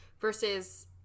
versus